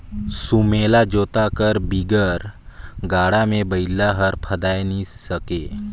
सुमेला जोता कर बिगर गाड़ा मे बइला हर फदाए ही नी सके